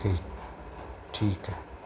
ठीक ठीक आहे